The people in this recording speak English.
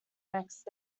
next